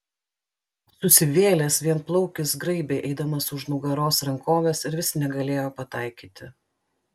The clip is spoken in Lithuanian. susivėlęs vienplaukis graibė eidamas už nugaros rankoves ir vis negalėjo pataikyti